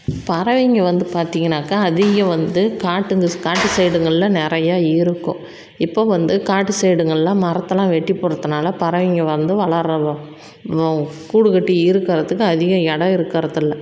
பறவைங்க வந்து பார்த்திங்கன்னாக்கா அதிகம் வந்து காடுங்க ச காட்டு சைடுகள்ல நிறையா இருக்கும் இப்போது வந்து காட்டு சைடுகள்லாம் மரத்தெல்லாம் வெட்டிப் போடுறதுனால பறவைங்க வந்து வளர்கிற கூடு கட்டி இருக்கிறத்துக்கு அதிகம் எடம் இருக்கிறதில்ல